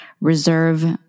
reserve